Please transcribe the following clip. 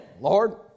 Lord